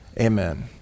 Amen